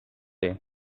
day